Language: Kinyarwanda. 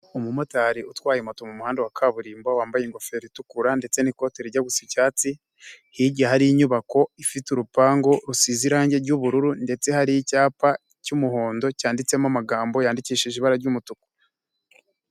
Umumotari utwaye moto mu muhanda wa kaburimbo, wambaye ingofero itukura ndetse n'ikote rijya gusa icyatsi, hirya hari inyubako ifite urupangu rusize irangi ry'ubururu ndetse hari icyapa cy'umuhondo, cyanditsemo amagambo yandikishije ibara ry'umutuku.